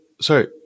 sorry